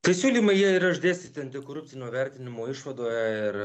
tai siūlymai jie yra išdėstyti antikorupcinio vertinimo išvadoje ir